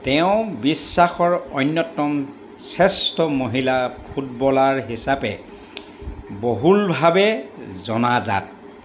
তেওঁ বিশ্বৰ অন্যতম শ্ৰেষ্ঠ মহিলা ফুটবলাৰ হিচাপে বহুলভাৱে জনাজাত